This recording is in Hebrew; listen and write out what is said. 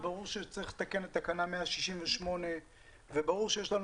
וברור שצריך לתקן את תקנה 168 וברור שיש לנו